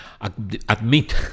admit